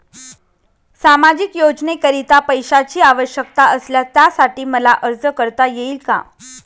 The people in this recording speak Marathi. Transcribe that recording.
सामाजिक योजनेकरीता पैशांची आवश्यकता असल्यास त्यासाठी मला अर्ज करता येईल का?